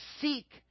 seek